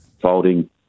folding